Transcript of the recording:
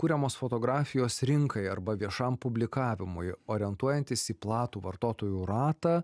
kuriamos fotografijos rinkai arba viešam publikavimui orientuojantis į platų vartotojų ratą